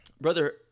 Brother